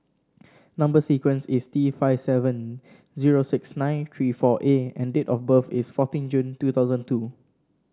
number sequence is T five seven zero six nine three four A and date of birth is fourteen June two thousand two